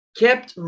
kept